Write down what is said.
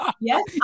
Yes